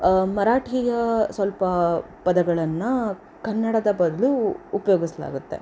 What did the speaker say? ಮರಾಠಿಯ ಸ್ವಲ್ಪ ಪದಗಳನ್ನು ಕನ್ನಡದ ಬದಲು ಉಪಯೋಗಿಸಲಾಗುತ್ತೆ